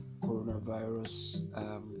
coronavirus